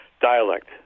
dialect